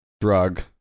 drug